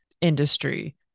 industry